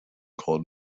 called